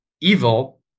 evil